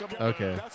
Okay